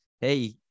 hey